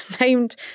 named